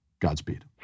Godspeed